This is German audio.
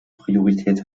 priorität